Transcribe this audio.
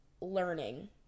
learning